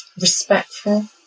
Respectful